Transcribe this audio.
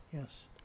Yes